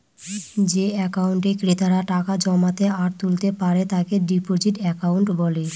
যে একাউন্টে ক্রেতারা টাকা জমাতে আর তুলতে পারে তাকে ডিপোজিট একাউন্ট বলে